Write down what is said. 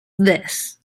this